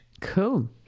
Cool